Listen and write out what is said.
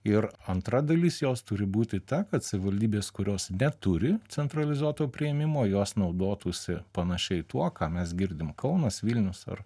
ir antra dalis jos turi būti ta kad savivaldybės kurios neturi centralizuoto priėmimo jos naudotųsi panašiai tuo ką mes girdim kaunas vilnius ar